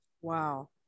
Wow